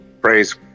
praise